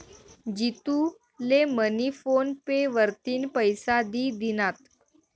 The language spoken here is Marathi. जितू ले मनी फोन पे वरतीन पैसा दि दिनात